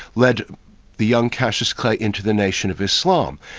led the young cassius clay into the nation of islam.